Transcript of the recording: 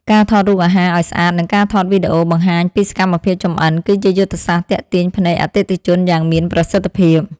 ការថតរូបអាហារឱ្យស្អាតនិងការថតវីដេអូបង្ហាញពីសកម្មភាពចម្អិន គឺជាយុទ្ធសាស្ត្រទាក់ទាញភ្នែកអតិថិជនយ៉ាងមានប្រសិទ្ធភាព។